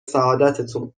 سعادتتون